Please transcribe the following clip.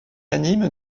anime